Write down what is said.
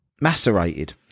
macerated